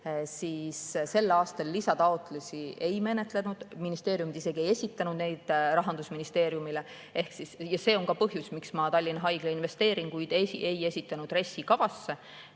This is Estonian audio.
sel aastal lisataotlusi ei menetletud, ministeeriumid isegi ei esitanud neid Rahandusministeeriumile. Ja see on ka põhjus, miks ma Tallinna Haigla investeeringuid ei esitanud RES-i kavasse.